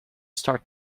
start